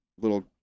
little